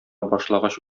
башлагач